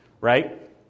right